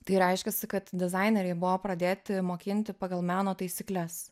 tai reiškiasi kad dizaineriai buvo pradėti mokinti pagal meno taisykles